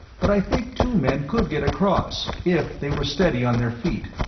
but i think two men could get across, if they were steady on their feet.